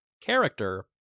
character